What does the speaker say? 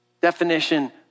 definition